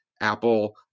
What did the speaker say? Apple